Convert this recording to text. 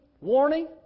warning